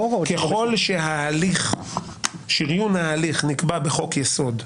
ככל ששריון ההליך נקבע בחוק יסוד,